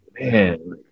man